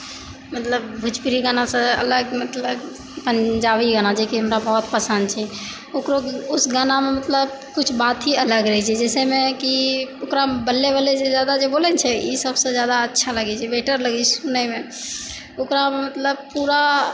मतलब भोजपूरी गानासँ अलग मतलब पंजाबी गाना छै जेकि हमरा बहुत पसन्द छै ओकरो उस गानामे मतलब कुछ बात ही अलग रहै छै जैसैमे कि ओकरामे बल्ले बल्ले जे बोलै छै ई सबसँ जादा अच्छा लागै छै बेटर लगै छै सुनैमे ओकरा मतलब पूरा